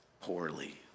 Poorly